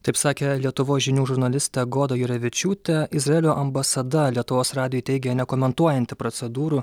taip sakė lietuvos žinių žurnalistė goda jurevičiūtė izraelio ambasada lietuvos radijui teigia nekomentuojanti procedūrų